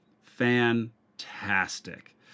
Fantastic